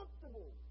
comfortable